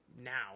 now